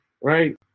Right